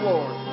Lord